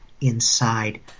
inside